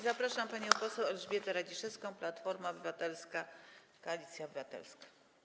Zapraszam panią poseł Elżbietę Radziszewską, Platforma Obywatelska - Koalicja Obywatelska.